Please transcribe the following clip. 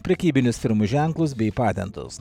prekybinius firmų ženklus bei patentus